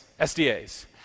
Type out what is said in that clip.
SDAs